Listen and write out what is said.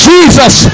Jesus